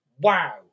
Wow